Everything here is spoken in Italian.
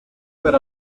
per